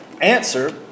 Answer